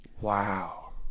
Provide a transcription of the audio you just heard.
Wow